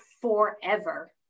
forever